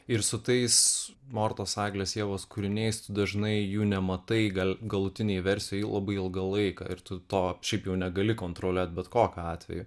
ir su tais mortos eglės ievos kūriniais tu dažnai jų nematai gal galutinėj versijoj labai ilgą laiką ir tu to šiaip jau negali kontroliuot bet kokiu atveju